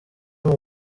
muri